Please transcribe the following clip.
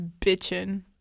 bitching